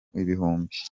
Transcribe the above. ibihumbi